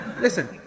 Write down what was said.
Listen